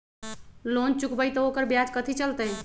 Loan चुकबई त ओकर ब्याज कथि चलतई?